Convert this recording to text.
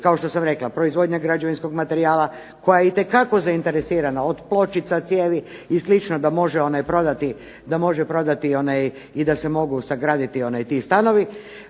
kao što sam rekla proizvodnja građevinskog materijala koja je itekako zainteresirana od pločica, cijevi i slično da može prodati i da se mogu sagraditi ti stanovi